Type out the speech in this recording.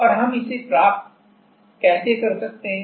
और हम इसे कैसे प्राप्त कर रहे हैं